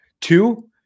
Two